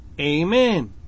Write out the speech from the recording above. Amen